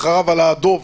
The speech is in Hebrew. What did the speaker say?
אחריו עלה הדוב.